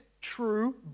true